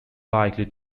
likely